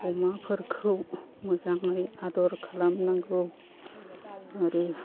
अमाफोरखौ मोजाङै आदर खालामनांगौ आरो